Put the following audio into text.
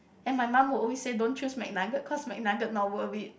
and my mum will always say don't choose Mcnugget cause Mcnugget not worth it